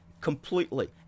Completely